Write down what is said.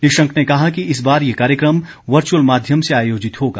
निशंक ने कहा कि इस बार यह कार्यक्रम वर्चअल माध्यम से आयोजित होगा